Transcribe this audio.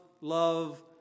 love